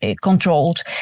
controlled